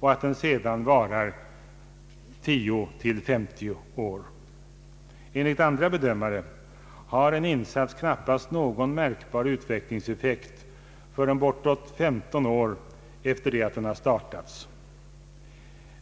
och att den sedan varar 10—50 år. Enligt andra bedömare har en insats knappast någon märkbar utvecklingseffekt förrän bortåt 15 år efter det att den startats.